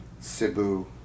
Cebu